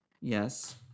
Yes